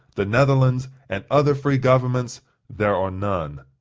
the netherlands, and other free governments there are none.